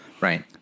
Right